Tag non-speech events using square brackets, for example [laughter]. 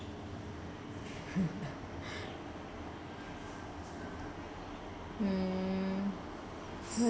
[laughs] mm